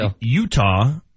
Utah